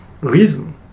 reason